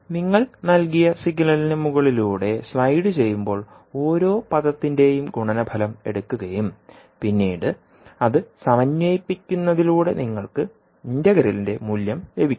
നിങ്ങൾ നൽകിയ സിഗ്നലിനു മുകളിലൂടെ സ്ലൈഡുചെയ്യുമ്പോൾ ഓരോ പദത്തിന്റെയും ഗുണനഫലം എടുക്കുകയും പിന്നീട് അത് സമന്വയിപ്പിക്കുന്നതിലൂടെ നിങ്ങൾക്ക് ഇന്റഗ്രലിന്റെ മൂല്യം ലഭിക്കും